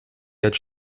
edge